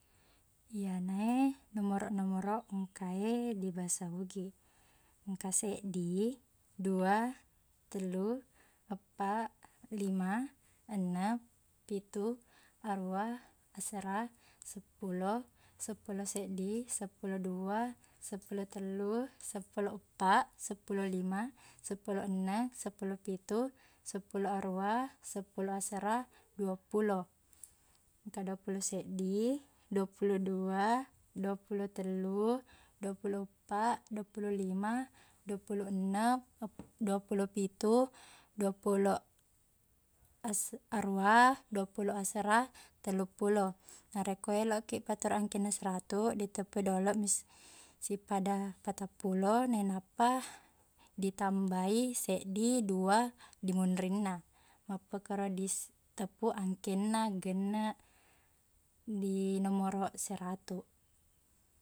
Iyana e nomoroq-nomoroq engka e di bahasa ogiq engka seddi dua tellu eppaq lima enneng pitu arua asera seppulo seppulo seddi seppulo dua seppulo tellu seppulo eppaq seppulo lima seppulo enneng seppulo pitu seppulo arua seppulo asera duappulo engka duappulo seddi duappulo dua duappulo tellu duappulo eppaq duappulo lima duappulo enneng duappulo pitu duappulo ase- arua duappulo asera telluppulo narekko eloqkiq patterru i angkenna seratuq ditteppui doloq sippada petappulo nainappa ditambai seddi dua dimunrinna mappokkoro dis- teppu angkenna genneq di nomoroq seratuq